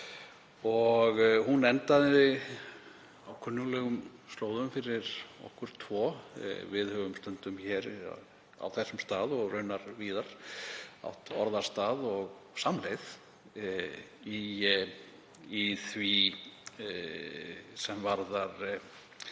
Hún endaði á kunnuglegum slóðum fyrir okkur tvo. Við höfum stundum á þessum stað og raunar víðar átt orðastað og samleið í því sem varðar